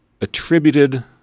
attributed